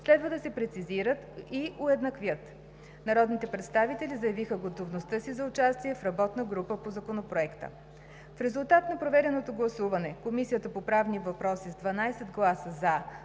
следва да се прецизират и уеднаквят. Народните представители заявиха готовността си за участие в работна група по Законопроекта. В резултат на проведеното гласуване Комисията по правни въпроси с 12 гласа